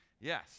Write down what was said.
Yes